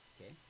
okay